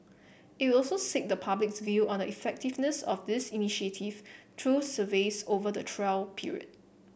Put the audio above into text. it will also seek the public's view on the effectiveness of this initiative through surveys over the trial period